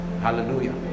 Hallelujah